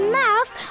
mouth